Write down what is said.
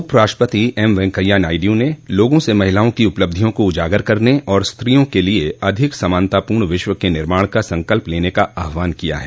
उप राष्ट्रपति एम वेंकैया नायडू ने लोगों से महिलाओं की उपलब्धियों को उजागर करने और स्त्रियों के लिए अधिक समानतापूर्ण विश्व के निर्माण का संकल्प लेने का आह्वान किया है